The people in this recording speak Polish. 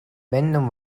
będą